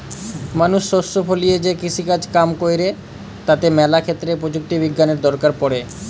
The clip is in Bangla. মানুষ শস্য ফলিয়ে যে কৃষিকাজ কাম কইরে তাতে ম্যালা ক্ষেত্রে প্রযুক্তি বিজ্ঞানের দরকার পড়ে